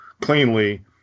cleanly